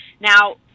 Now